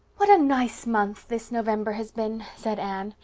what a nice month this november has been! said anne,